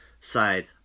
side